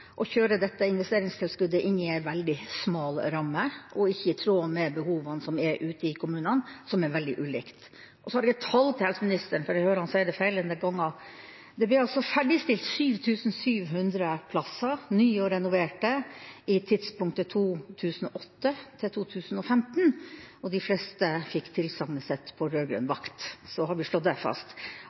kjøre dette investeringstilskuddet inn i en veldig smal ramme og ikke i tråd med behovene som er ute i kommunene, som er veldig ulikt. Så har jeg et tall til helseministeren, for jeg hører at han sier det feil en del ganger: Det ble altså ferdigstilt 7 700 plasser, nye og renoverte, i tidsperioden 2008 til 2015, og de fleste fikk tilsagnet sitt på rød-grønn vakt. Så har vi slått det fast.